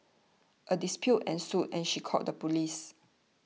a dispute ensued and she called the police